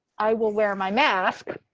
i will wear my mask,